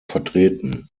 vertreten